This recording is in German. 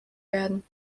werden